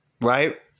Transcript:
Right